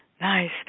nice